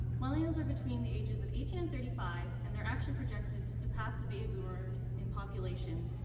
millennials are between the ages of eighteen and thirty five, and they're actually projected to surpass the baby boomers in population,